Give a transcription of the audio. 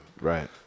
Right